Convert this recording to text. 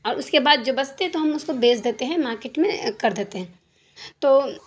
اور اس کے بعد جو بچتے ہیں تو ہم اس کو بیچ دیتے ہیں مارکٹ میں کر دیتے ہیں تو